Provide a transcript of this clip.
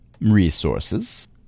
resources